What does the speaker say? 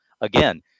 again